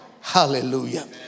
Hallelujah